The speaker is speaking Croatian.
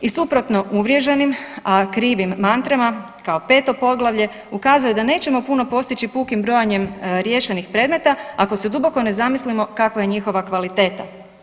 I suprotno uvriježenim a krivim mantrama, kao peto poglavlje, ukazuje da nećemo puno postići pukim brojanjem riješenih predmeta ako se duboko ne zamislimo kakva je njihova kvaliteta.